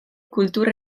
kultur